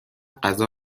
غذا